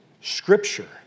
scripture